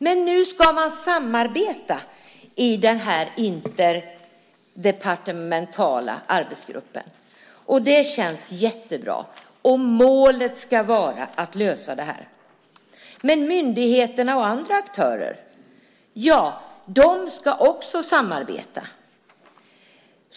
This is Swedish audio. Men nu ska man samarbeta i den interdepartementala arbetsgruppen, och det känns jättebra. Målet ska vara att lösa det här. Myndigheterna och andra aktörer ska också samarbeta.